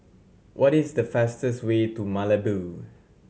what is the fastest way to Malabo